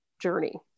journey